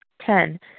Ten